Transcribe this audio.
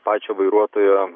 pačio vairuotojo